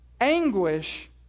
anguish